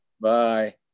Bye